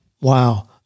Wow